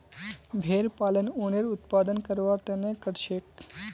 भेड़ पालन उनेर उत्पादन करवार तने करछेक